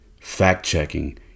fact-checking